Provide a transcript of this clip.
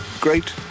great